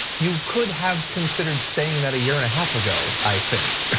you could have considered saying that a year and a half ago i think,